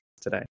today